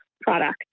product